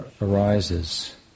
arises